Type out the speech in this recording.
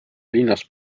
linnas